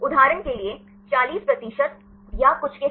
उदाहरण के लिए 40 प्रतिशत या कुछ के साथ